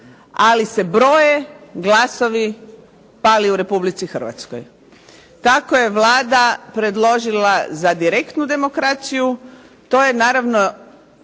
ali se broje glasovi pali u Republici Hrvatskoj. Tako je Vlada predložila za direktnu demokraciju. To je naravno